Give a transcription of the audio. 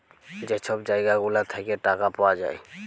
যে ছব জায়গা গুলা থ্যাইকে টাকা পাউয়া যায়